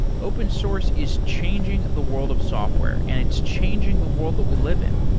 open source is changing the wor ld of software and it's changing the wor ld that we live in.